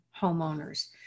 homeowners